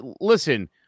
listen